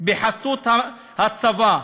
בחסות הצבא,